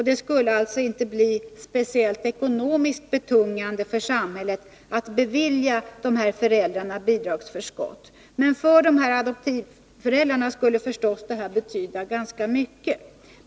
Det skulle alltså inte bli speciellt ekonomiskt betungande för samhället att bevilja dessa föräldrar bidragsförskott. Men för dessa adoptivföräldrar skulle det betyda ganska mycket.